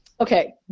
okay